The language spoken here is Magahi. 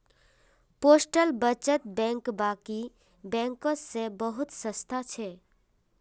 पोस्टल बचत बैंक बाकी बैंकों से बहुत सस्ता छे